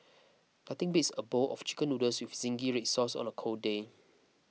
nothing beats a bowl of Chicken Noodles with Zingy Red Sauce on a cold day